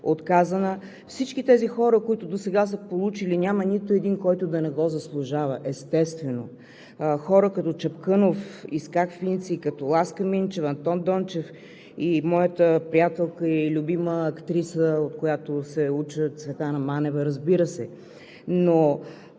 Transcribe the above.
отказана. Всички тези хора, които досега са получили, няма нито един, който да не го заслужава, естествено – хора като Чапкънов, Ицхак Финци, Ласка Минчева, Антон Дончев и моята приятелка и любима актриса, от която се уча, Цветана Манева, разбира се, но